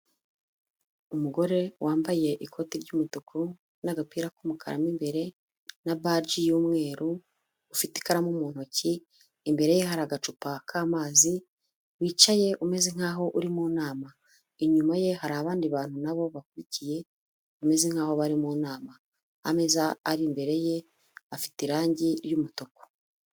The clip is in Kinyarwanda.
Umugore wambaye ikoti ry'umutuku n'agapira k'umukara mo imbere na baji y'umweru, ufite ikaramu mu ntoki, imbere ye hari agacupa k'amazi; wicaye umeze nkaho uri mu nama, inyuma ye hari abandi bantu na bo bakurikiye bameze nk'aho bari mu nama, ameza ari imbere ye afite irange ry'umutuku.